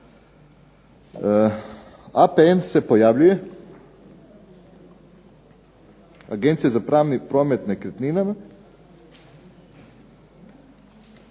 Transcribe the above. APN se pojavljuje, Agencija za pravni promet nekretninama